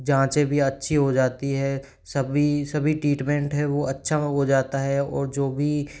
जांचें भी अच्छी हो जाती हैं सभी सभी ट्रीटमेंट है वो अच्छा हो जाता है और जो भी